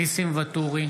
בעד ניסים ואטורי,